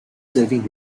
saving